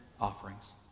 offerings